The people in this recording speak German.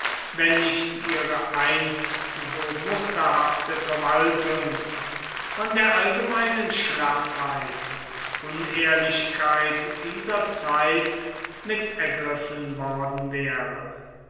wenn nicht ihre einst so musterhafte verwaltung von der allgemeinen schlaffheit und unehrlichkeit dieser zeit mitergriffen worden wäre